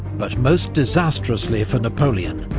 but most disastrously for napoleon,